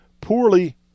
poorly